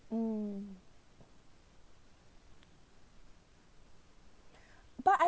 mm but I